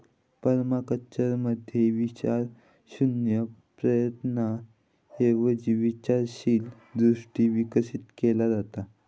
पर्माकल्चरमध्ये विचारशून्य प्रयत्नांऐवजी विचारशील दृष्टी विकसित केली जाता